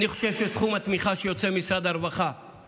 אני חושב שסכום התמיכה שיוצא ממשרד הרווחה